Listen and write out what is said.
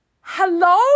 Hello